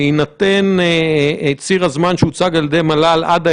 לאדם שהתגלה כחולה מאומת תהיה האופציה המיידית להעביר